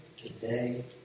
today